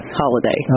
holiday